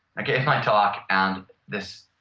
i gave my talk. and this